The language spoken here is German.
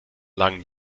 langen